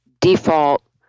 default